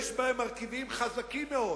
יש בהם מרכיבים חזקים מאוד